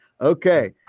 Okay